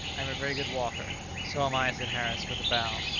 i am a very good walker. so am i, said harris, with a bow,